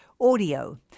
Audio